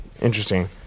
Interesting